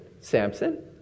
Samson